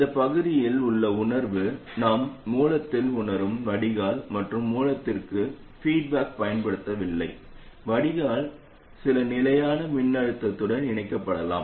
இந்த பகுதியில் உள்ள உணர்வு நாம் மூலத்தில் உணரும் வடிகால் மற்றும் மூலத்திற்கு பீட்பாக் பயன்படுத்தவில்லை வடிகால் சில நிலையான மின்னழுத்தத்துடன் இணைக்கப்படலாம்